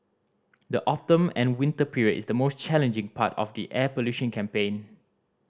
the autumn and winter period is the most challenging part of the air pollution campaign